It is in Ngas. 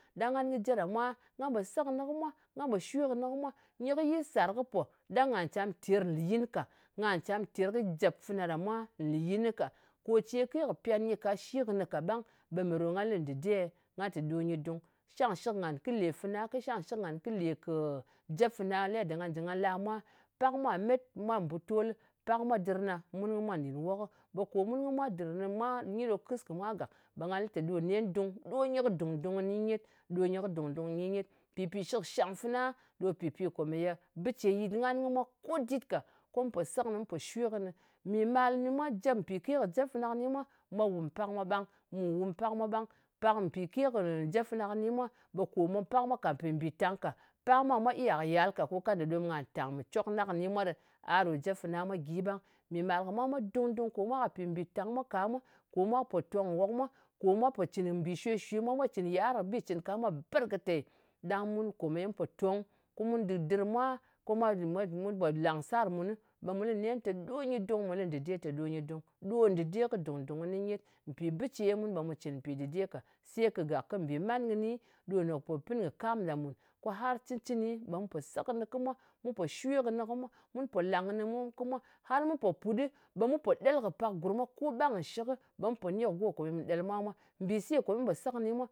Ɗang ngan, kɨ je ɗa mwa, nga po se kɨnɨ kɨ mwa, nga po shwe kɨnɨ kɨ mwa. Nyɨ kɨnyi sàr kɨ pò. Ɗang ngà cam ter lùyin ka. Nga càm ter kɨ jep fana ɗa mwa lùyin ka. Kò ce ke kɨ pyan nyɨ kashi kɨnɨ kaɓang. Ɓe mè ɗo nga lɨ dɨde? Ngà lɨ tè ɗo nyɨ dung. Shangshɨk ngàn kɨ lè fana, ko shangshɨk ngan kɨ lè kɨ jep fana, yedda nga jɨ nga la mwa. Pak mwa met mwa mbutolɨ, pak mwa dɨr na. Mun kɨ mwa nɗìn wokɨ. Ɓe kò mun kɨ mwa dɨr mwa nyi ɗo kɨs kɨ mwa gàk. Ɓe nga lɨ te ɗo nen dung. Ɗo nen kɨ dùng-dung kɨni nyet. Do nyɨ kɨ dùng-dung kɨni nyet. Pɨpì shɨkshang fana ɗo pɨpi ye bɨ ce yɨt ngan kɨ mwa ko dit ka. Ko mu po se kɨnɨ, mu po shwe kɨnɨ. Mimayi mwa, jèp mpìke kɨ jep fana kɨni mwa mwā wum pak mwa. Mù wùm pak mwa ɓang. Pak mpìke kɨ jep fana kɨni mwa, ɓe kò, pak mwa kà pì mbìtang ka. Pak mwa ɓe mwa iya kɨ yal ka, ko kanda ɗom ɓe ngà tàng mɨ cok na kɨni mwa ɗɨ. A ɗò jep fana mwa gyi ɓang. Mìmal kɨ mwa mwā dung-dung ko mwa ka pì mbìtàng mwa ka mwā. Kò mwa pò tong nwok mwa. Kò mwa cɨn mbì shwe-shwe mwa, mwa cɨn yiar kɨ bi cɨn ka mwa berkɨtei. Ɗang mun kòmeye mun mpò tong ko mun dɨdɨr mwa ko mwa jɨ, mwa jɨ, mun pò langkɨ sar mun, ɓe mu lɨ nen tè ɗo nyi dung. Mu lɨ ndɨde tè ɗo nyɨ dung. Ɗo ndɨde kɨ dùng-dung kɨni nyet. Mpì bɨ ce, mun ɓe mu cɨn mpì dɨde ka. Se kagak kɨ mbìman kɨni ɗo nè pò pɨn kɨ kam ɗa mùn. Ko har cɨn-cɨni, ɓe mu pò shwe kɨnɨ kɨ mwa, mun pò làng kɨnɨ kɨ mwa. Har mu pò put ɗɨ ɓe mun pò ɗel kɨ pak gurm mwa. Ko ɓang nshɨk, ɓe mu pò ni kɨ go kò ye mu ɗel mwa mwā ɓang. Mbise ko ye mu pò se kɨni mwa